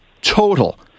total